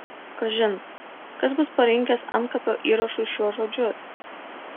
kažin kas bus parinkęs antkapio įrašui šiuos žodžius